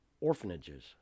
orphanages